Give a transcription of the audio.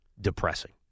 depressing